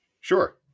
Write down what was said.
Sure